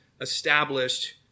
established